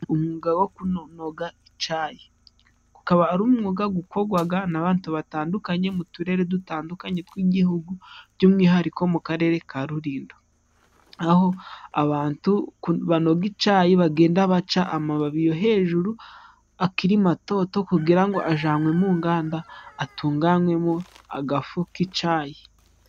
Umwuga wo kunoga icyayi .Ukaba ari umwuga gukorwaga n' anabantu batandukanye mu turere dutandukanye tw'igihugu by'umwihariko mu karere ka Rulindo .Aho abantu banoga icyayi bagenda baca amababi yo hejuru akiri matoto kugira ngo ajyanywe mu nganda atunganywemwo agafu k'icyayi.